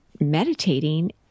meditating